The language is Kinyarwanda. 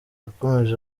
yakomeje